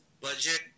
budget